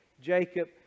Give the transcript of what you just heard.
Jacob